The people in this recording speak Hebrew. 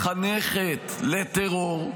מחנכת לטרור,